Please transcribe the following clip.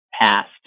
past